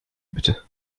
bitte